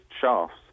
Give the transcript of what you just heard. shafts